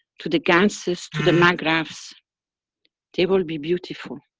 to the ganses, to the magravs they will be beautiful.